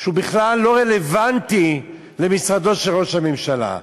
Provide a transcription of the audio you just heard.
שהוא בכלל לא רלוונטי למשרד ראש הממשלה.